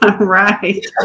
right